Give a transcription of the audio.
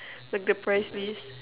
like the price list